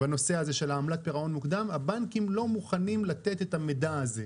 בעמלת פירעון מוקדם הבנקים לא מוכנים לתת את המידע הזה.